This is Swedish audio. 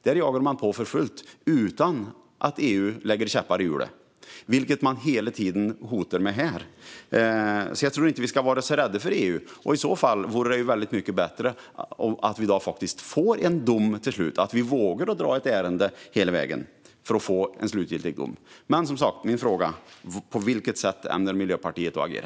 Där jagar man på för fullt utan att EU sätter käppar i hjulet, vilket det hela tiden hotas med här. Jag tror alltså inte att vi ska vara så rädda för EU. Och i så fall vore ju det väldigt mycket bättre om vi faktiskt vågade dra ett ärende hela vägen till EU och fick en slutgiltig dom. Men min fråga är som sagt: På vilket sätt ämnar Miljöpartiet agera?